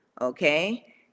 Okay